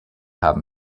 haben